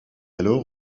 alors